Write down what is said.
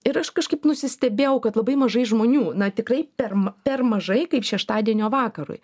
ir aš kažkaip nusistebėjau kad labai mažai žmonių na tikrai perm per mažai kaip šeštadienio vakarui